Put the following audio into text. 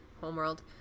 homeworld